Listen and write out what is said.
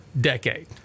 decade